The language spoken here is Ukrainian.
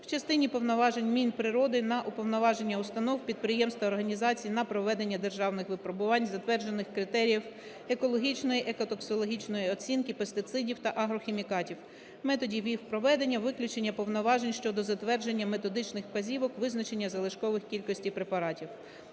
в частині повноважень Мінприроди на уповноваження установ, підприємств та організацій на проведення державних випробувань затверджених критеріїв екологічної, екотоксикологічної оцінки пестицидів та агрохімікатів, методів їх проведення, виключення повноважень щодо затвердження методичних вказівок, визначення залишкових кількостей препаратів.